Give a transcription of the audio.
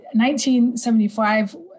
1975